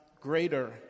greater